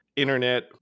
internet